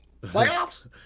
Playoffs